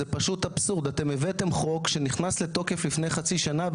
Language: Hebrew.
זה פשוט אבסורד אתם הבאתם חוק שנכנס לתוקף לפני חצי שנה,